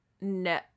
no